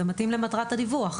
זה מתאים למטרת הדיווח.